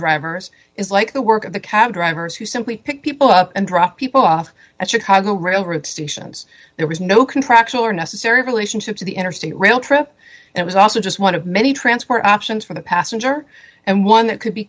drivers is like the work of the cab drivers who simply pick people up and drop people off at chicago railroad stations there was no contractual or necessary relationship to the interstate rail trip it was also just one of many transport options for the passenger and one that could be